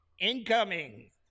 incoming